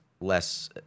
less